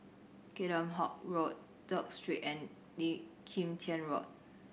Kheam Hock Road Duke Street and Kim Tian Road